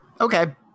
okay